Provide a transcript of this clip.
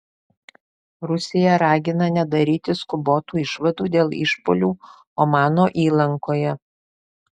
rusija ragina nedaryti skubotų išvadų dėl išpuolių omano įlankoje